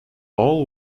all